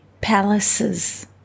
palaces